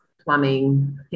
plumbing